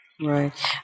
Right